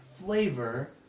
Flavor